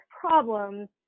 problems